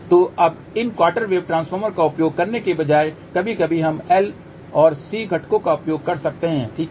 तो अब इन क्वार्टर वेव ट्रांसफार्मर का उपयोग करने के बजाय कभी कभी हम L और C घटकों का उपयोग कर सकते हैं ठीक है